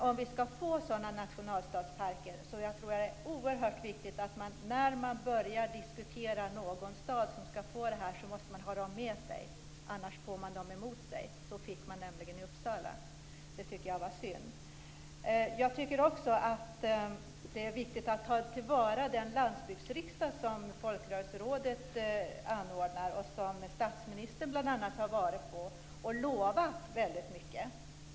Om vi skall få sådana nationalstadsparker tror jag att det är oerhört viktigt när man börjar diskutera någon stad som skall få en park att man har alla med sig. Annars får man dem emot sig. Så blev det nämligen i Uppsala, och det tycker jag var synd. Jag tycker också att det är viktigt att ta till vara den landsbygdsriksdag som Folkrörelserådet anordnar och som bl.a. statsministern har varit på. Och man har lovat mycket.